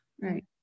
right